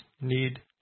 need